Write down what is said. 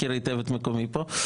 11:00.)